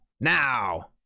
now